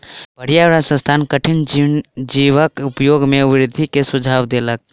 पर्यावरण संस्थान कठिनी जीवक उपयोग में वृद्धि के सुझाव देलक